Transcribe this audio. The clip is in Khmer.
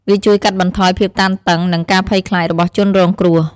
វាជួយកាត់បន្ថយភាពតានតឹង និងការភ័យខ្លាចរបស់ជនរងគ្រោះ។